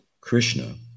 Krishna